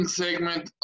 segment